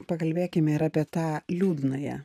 pakalbėkime ir apie tą liūdnąją